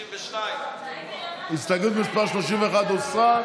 32. הסתייגות מס' 31, הוסרה.